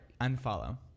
Unfollow